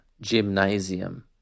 gymnasium